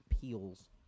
peels